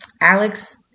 Alex